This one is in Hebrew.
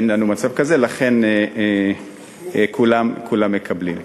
לכן כולם מקבלים.